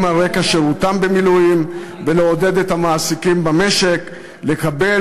על רקע שירותם במילואים ולעודד את המעסיקים במשק לקבל